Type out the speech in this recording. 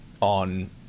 on